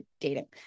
dating